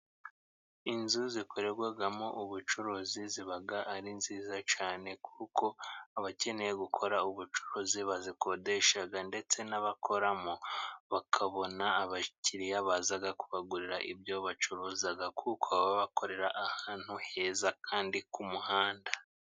Inzu zikorerwamo ubucuruzi ziba ari nziza cyane, kuko abakeneye gukora ubucuruzi bazikodesha, ndetse n'abakoramo bakabona abakiriya baza kubagurira ibyo bacuruza, kuko baba bakorera ahantu heza kandi ku muhanda.